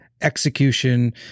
execution